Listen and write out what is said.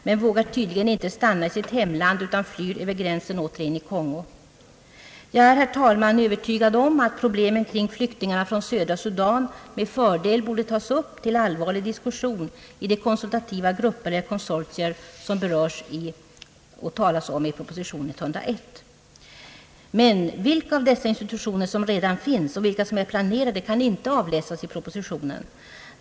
Men de vågar tydligen inte stanna i sitt hemland utan flyr över gränsen åter in i Kongo. Jag är, herr talman, övertygad om att problemen kring flyktingarna från södra Sudan med fördel kunde tas upp till allvarlig diskussion i de konsultativa grupper eller konsortier som berörs i proposition 101. Men vilka av dessa institutioner som redan finns och vilka som är planerade kan inte avläsas i propositionen.